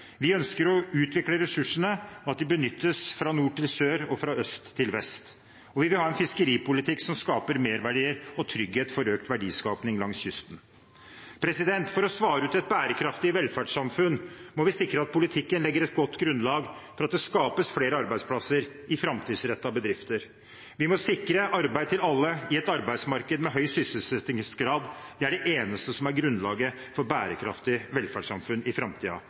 Vi ønsker å utvikle ressursene, at de benyttes fra nord til sør og fra øst til vest. Og vi vil ha en fiskeripolitikk som skaper merverdier og trygghet for økt verdiskaping langs kysten. For å svare ut et bærekraftig velferdssamfunn må vi sikre at politikken legger et godt grunnlag for at det skapes flere arbeidsplasser i framtidsrettede bedrifter. Vi må sikre arbeid til alle i et arbeidsmarked med høy sysselsettingsgrad. Det er det eneste som er grunnlaget for et bærekraftig velferdssamfunn i